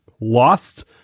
lost